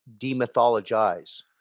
demythologize